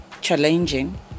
challenging